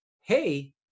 hey